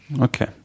Okay